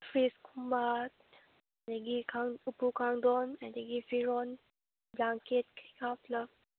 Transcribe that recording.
fruit ꯀꯨꯝꯕ ꯑꯗꯒꯤ ꯎꯞꯄꯨ ꯀꯥꯡꯊꯣꯟ ꯑꯗꯒꯤ ꯐꯤꯔꯣꯟ ꯕ꯭ꯂꯥꯡꯀꯦꯠ ꯀꯩꯀꯥ ꯄꯨꯂꯞ